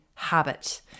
Habit